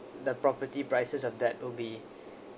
the property prices of that would be